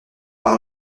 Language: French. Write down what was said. par